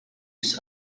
vus